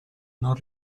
non